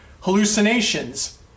hallucinations